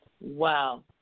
Wow